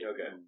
Okay